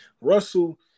Russell